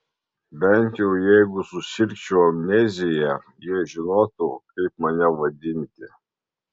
bent jau jeigu susirgčiau amnezija jie žinotų kaip mane vadinti